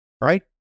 right